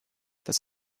das